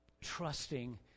Trusting